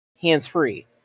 hands-free